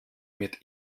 mit